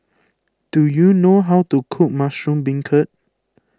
do you know how to cook Mushroom Beancurd